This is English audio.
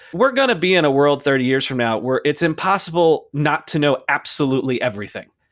we're going to be in a world thirty years from now where it's impossible not to know absolutely everything.